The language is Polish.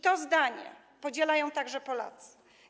To zdanie podzielają także Polacy.